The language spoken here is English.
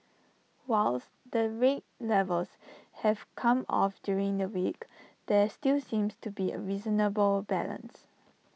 whilst the rate levels have come off during the week there still seems to be A reasonable balance